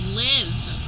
live